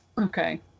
okay